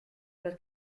was